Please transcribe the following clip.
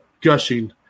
gushing